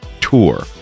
tour